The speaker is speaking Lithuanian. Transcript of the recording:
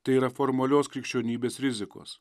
tai yra formalios krikščionybės rizikos